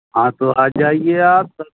ہاں تو آ جائیے آپ